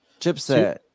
chipset